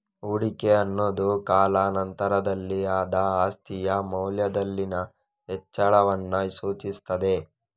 ಹೂಡಿಕೆ ಅನ್ನುದು ಕಾಲಾ ನಂತರದಲ್ಲಿ ಆದ ಆಸ್ತಿಯ ಮೌಲ್ಯದಲ್ಲಿನ ಹೆಚ್ಚಳವನ್ನ ಸೂಚಿಸ್ತದೆ